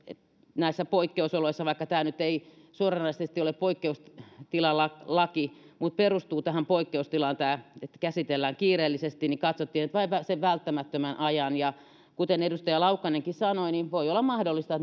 näissä poikkeusoloissa vaikka tämä nyt ei suoranaisesti ole poikkeustilalaki mutta perustuu tähän poikkeustilaan että käsitellään kiireellisesti niin katsottiin että vain sen välttämättömän ajan ja kuten edustaja laukkanenkin sanoi niin voi olla mahdollista